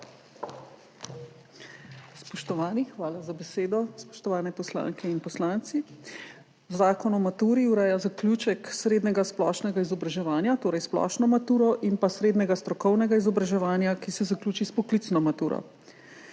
Spoštovani, hvala za besedo. Spoštovane poslanke in poslanci! Zakon o maturi ureja zaključek srednjega splošnega izobraževanja, torej splošno maturo, in srednjega strokovnega izobraževanja, ki se zaključi s poklicno maturo,